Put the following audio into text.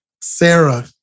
Sarah